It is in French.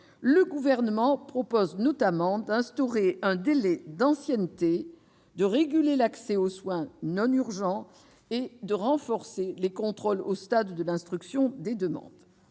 le Gouvernement propose notamment d'instaurer un délai d'ancienneté, de réguler l'accès aux soins non urgents et de renforcer les contrôles au stade de l'instruction des demandes.